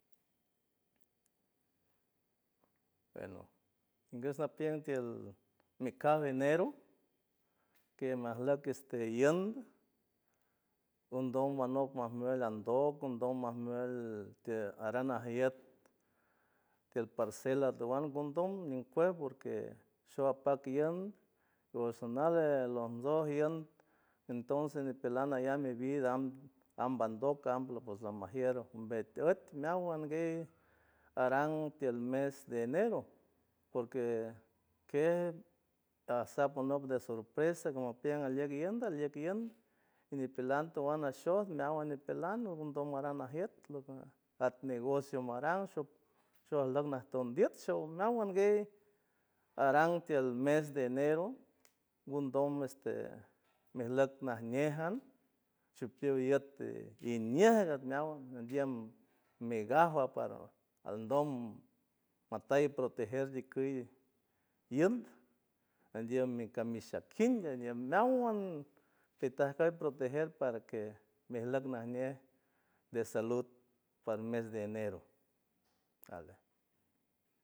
Eno ningüch napiüng tiül micaw enero que majlüc is te iünd ngondom manop majmel andoog nondom majmel aran ajiüt tiül parcel altawan ngondom nincuaj porque xow apac iünd wax sonale lojntsoj iünd entonces nipilan ayam mewiid amb andoc amplo pues lamajiür ombet üet meáwan gey arang tiül mes de enero porque quiej asap manop nde sorpresa nga mapiüng aliüc iünd aliüc iünd y nipilan tawan axoj meáwan nipilan ngondom marang ajiüt lat negocio marang oxojlüc najton ndiüt xow meáwan gey arang tiül mes de enero ngondom misemejlüc najnéjan chipiow iüt iniejgat meáwan nandiüm megajwa palndom matüy protejer ticüy iünd andiüm micamixaquinaniüm meáwan petajcüy protejer paraque mejlüc najnej nde salut par mes de enero ale.